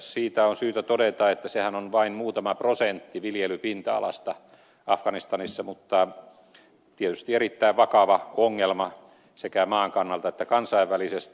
mieto on syytä todeta että sehän on vain muutama prosentti viljelypinta alasta afganistanissa mutta tietysti erittäin vakava ongelma sekä maan kannalta että kansainvälisesti